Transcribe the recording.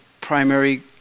primary